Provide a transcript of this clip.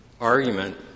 argument